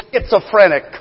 schizophrenic